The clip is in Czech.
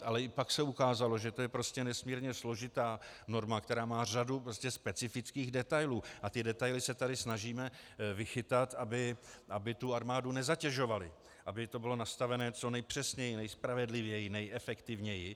Ale i pak se ukázalo, že to je prostě nesmírně složitá norma, která má řadu specifických detailů, a ty detaily se tady snažíme vychytat, aby armádu nezatěžovaly, aby to bylo nastaveno co nejpřesněji, nejspravedlivěji, nejefektivněji.